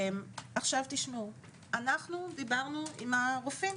אנו דיברנו עם הרופאים